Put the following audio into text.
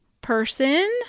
person